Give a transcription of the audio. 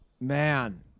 Man